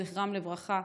זכרם לברכה,